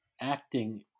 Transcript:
acting